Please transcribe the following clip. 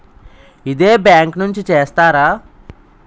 ఇదే బ్యాంక్ నుంచి చేస్తారా?